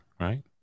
right